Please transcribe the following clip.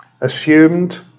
Assumed